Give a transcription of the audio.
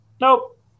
nope